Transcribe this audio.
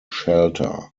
shelter